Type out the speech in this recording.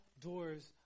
doors